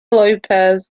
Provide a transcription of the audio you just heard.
lopes